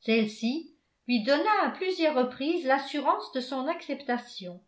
celle-ci lui donna à plusieurs reprises l'assurance de son acceptation